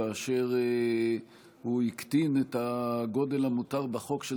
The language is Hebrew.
כאשר הוא הקטין את הגודל המותר בחוק של